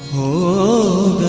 o